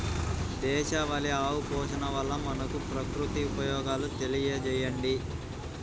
దేశవాళీ ఆవు పోషణ వల్ల మనకు, ప్రకృతికి ఉపయోగాలు తెలియచేయండి?